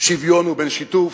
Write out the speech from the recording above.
שוויון ובין שיתוף,